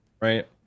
right